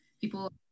people